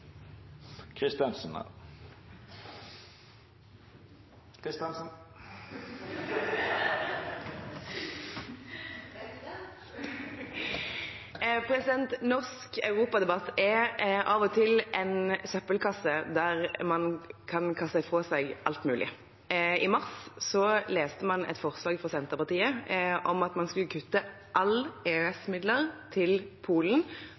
Norsk europadebatt er av og til en søppelkasse der man kan kaste fra seg alt mulig. I mars leste man et forslag fra Senterpartiet om at man skulle kutte alle EØS-midler til Polen